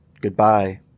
Goodbye